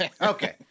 Okay